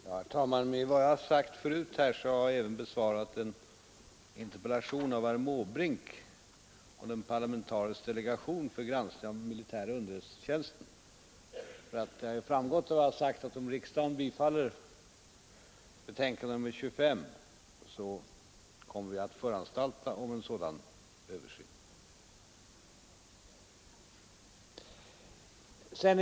Herr talman! Med vad jag tidigare har anfört har jag även besvarat en interpellation av herr Måbrink om en parlamenterisk delegation för granskning av den militära underrättelsetjänsten. Det har ju av det sagda framgått att om riksdagen bifaller vad försvarsutskottet hemställt i betänkandet nr 25, kommer regeringen att snarast föranstalta om en översyn.